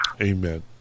amen